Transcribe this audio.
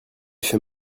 fait